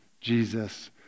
Jesus